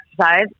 exercise